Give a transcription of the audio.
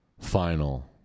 final